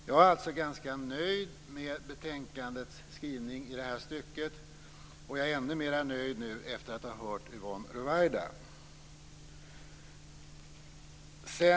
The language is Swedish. Jag är alltså ganska nöjd med betänkandets skrivning i detta stycke, och jag är ännu mera nöjd nu efter att ha hört Yvonne Ruwaida.